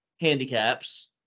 handicaps